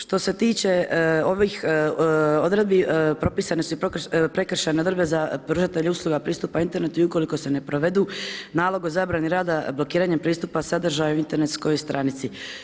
Što se tiče ovih odredbi, propisane su i prekršajne odredbe za pružatelje usluga pristupa internetu i ukoliko se ne provedu nalog o zabrani rada blokiranjem pristupa sadržaju internetskoj stranici.